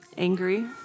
Angry